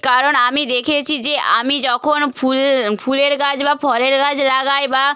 কারণ আমি দেখেছি যে আমি যখন ফুল ফুলের গাছ বা ফলের গাছ লাগাই বা